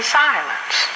silence